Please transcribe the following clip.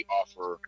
offer